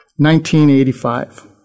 1985